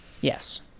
yes